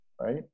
right